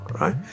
right